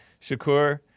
Shakur